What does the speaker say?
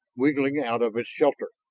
wriggling out of its shelter.